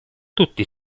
tutti